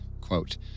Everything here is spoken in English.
quote